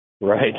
Right